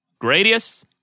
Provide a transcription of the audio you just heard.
Gradius